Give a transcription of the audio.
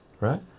right